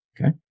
Okay